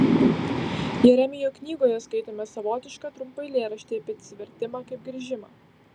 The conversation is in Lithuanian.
jeremijo knygoje skaitome savotišką trumpą eilėraštį apie atsivertimą kaip grįžimą